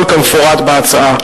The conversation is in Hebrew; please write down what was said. הכול כמפורט בהצעה.